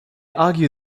argue